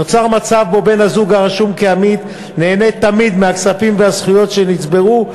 נוצר מצב שבן-הזוג הרשום כעמית נהנה תמיד מהכספים והזכויות שנצברו,